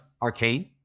arcane